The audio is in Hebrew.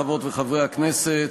חברות וחברי הכנסת,